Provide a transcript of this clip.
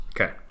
Okay